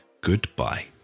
Goodbye